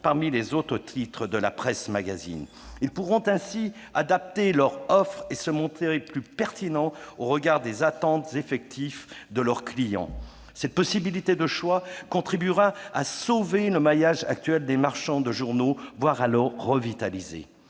parmi les autres titres de la presse magazine. Ils pourront ainsi adapter leur offre et se montrer plus pertinents au regard des attentes effectives de leurs clients. Cette possibilité de choix contribuera à sauver le maillage actuel des marchands de journaux, voire à le revitaliser.